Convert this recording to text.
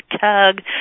tug